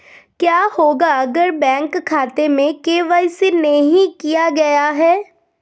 क्या होगा अगर बैंक खाते में के.वाई.सी नहीं किया गया है?